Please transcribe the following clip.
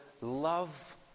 love